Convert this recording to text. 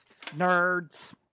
nerds